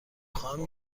خواهم